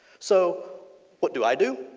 so what do i do?